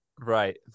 Right